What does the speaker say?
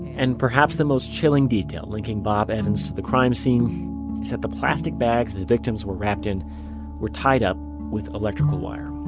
and perhaps the most chilling detail linking but evans to the crime scene is that the plastic bags the victims were wrapped in were tied up with electrical wire.